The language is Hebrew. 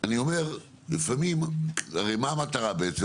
אני אומר לפעמים, הרי מה המטרה בעצם?